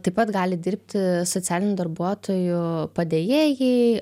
taip pat gali dirbti socialinių darbuotojų padėjėjai